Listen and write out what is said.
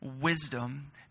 wisdom